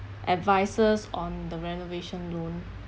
advices on the renovation loan